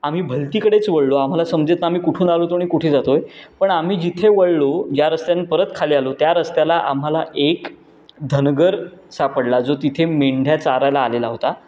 आम्ही भलतीकडेच वळलो आम्हाला समजेच ना आम्ही कुठून आलो होतो आणि कुठे जातो आहे पण आम्ही जिथे वळलो ज्या रस्त्याने परत खाली आलो त्या रस्त्याला आम्हाला एक धनगर सापडला जो तिथे मेंढ्या चारायला आलेला होता